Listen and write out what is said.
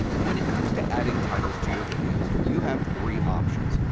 when it comes to adding titles to your videos, you have three options.